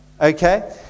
Okay